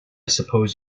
suppose